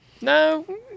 No